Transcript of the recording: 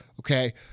Okay